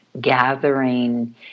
gathering